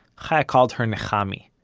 chaya called her nechami.